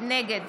נגד